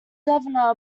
governor